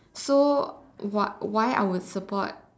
so why why I would support